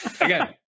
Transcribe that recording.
again